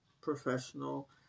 professional